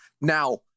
Now